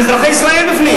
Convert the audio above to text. יש אזרחי ישראל בפנים.